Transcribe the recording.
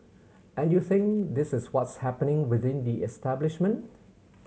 and you think this is what's happening within the establishment